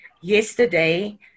Yesterday